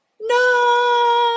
no